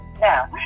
now